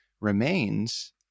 remains